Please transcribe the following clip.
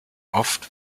oft